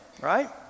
right